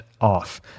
off